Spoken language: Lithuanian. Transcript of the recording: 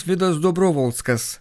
vidas dobrovolskas